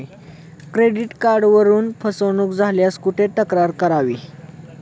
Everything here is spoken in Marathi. क्रेडिट कार्डवरून फसवणूक झाल्यास कुठे तक्रार करावी?